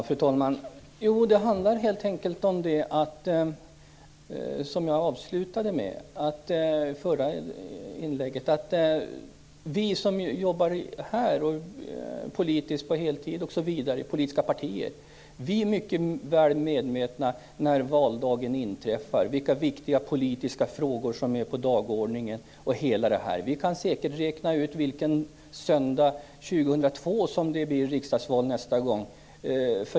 Fru talman! Jo, det handlar helt enkelt, som jag avslutade min förra replik med, om att vi som jobbar här politiskt på heltid i politiska partier när valdagen inträffar är mycket väl medvetna om de viktiga politiska frågor som finns med på dagordningen osv. Vi kan säkert räkna ut vilken söndag år 2002 som det blir riksdagsval nästa gång.